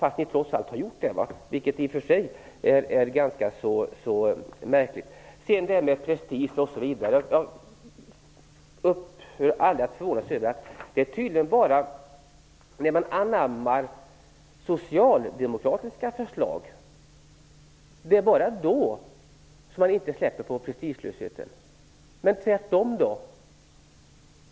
Ni har trots allt gjort det, vilket i och för sig är ganska märkligt. Det talades om prestige osv. Jag upphör aldrig att förvånas över att det tydligen bara är när man anammar socialdemokratiska förslag som man släpper på prestigen. Men tvärtom då?